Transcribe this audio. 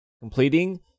Completing